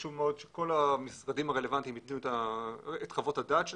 חשוב מאוד שכל המשרדים הרלוונטיים ייתנו את חוות הדעת שלהם,